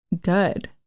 good